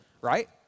right